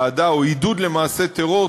אהדה או עידוד למעשי טרור,